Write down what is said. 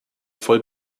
voll